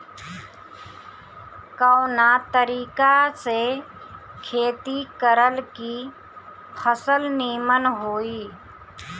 कवना तरीका से खेती करल की फसल नीमन होई?